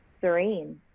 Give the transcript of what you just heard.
serene